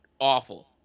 awful